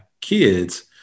kids